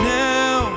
now